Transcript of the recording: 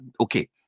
Okay